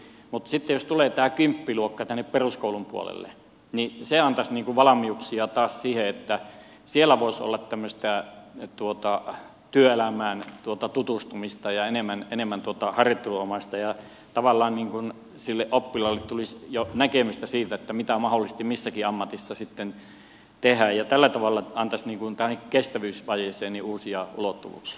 mutta sitten jos tulee tämä kymppiluokka tänne peruskoulun puolelle niin se antaisi valmiuksia taas siihen että siellä voisi olla tämmöistä työelämään tutustumista ja enemmän harjoittelunomaisuutta ja tavallaan sille oppilaalle tulisi jo näkemystä siitä mitä mahdollisesti missäkin ammatissa sitten tehdään ja tällä tavalla tämä antaisi kestävyysvajeeseen uusia ulottuvuuksia